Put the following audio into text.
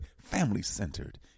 family-centered